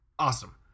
awesome